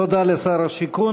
תודה לשר השיכון.